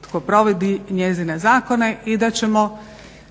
tko provodi njezine zakone i da ćemo